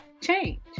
change